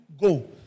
go